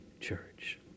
church